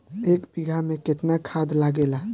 एक बिगहा में केतना खाद लागेला?